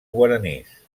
guaranís